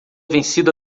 vencido